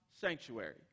sanctuary